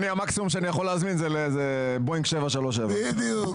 אני המקסימום שאני יכול להזמין זה בואינג 737. בדיוק.